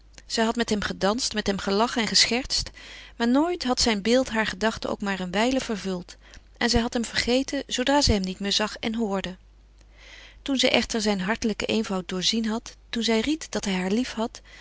zij had met hem gedanst met hem gelachen en geschertst maar nooit had zijn beeld haar gedachte ook maar een wijle vervuld en zij had hem vergeten zoodra zij hem niet meer zag en hoorde toen zij echter zijn hartelijken eenvoud doorzien had toen zij ried dat hij haar liefhad